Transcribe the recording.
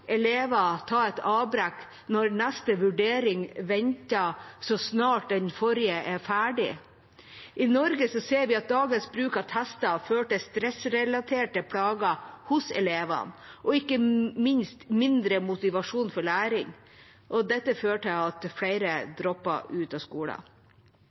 elever ta et avbrekk når neste vurdering venter så snart den forrige er ferdig? I Norge ser vi at dagens bruk av tester fører til stressrelaterte plager hos elevene og ikke minst mindre motivasjon for læring. Dette fører til at flere dropper ut av skolen.